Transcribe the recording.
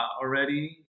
already